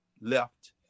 left